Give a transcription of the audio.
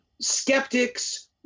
skeptics